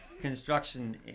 construction